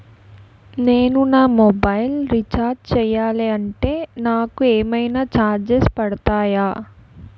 నేను నా mobile recharge చేయాలంటే నాకు ఏమైనా చార్జెస్ పడతాయా?